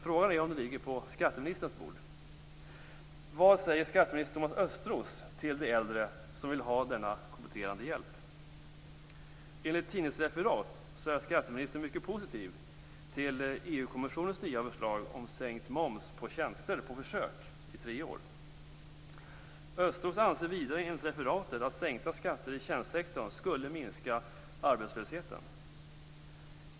Frågan är om den ligger på skatteministerns bord. Enligt tidningsreferat är skatteministern mycket positiv till EU-kommissionens nya förslag om att på försök under tre år ha sänkt moms på tjänster. Thomas Östros anser vidare, enligt referatet, att sänkta skatter i tjänstesektorn skulle minska arbetslösheten.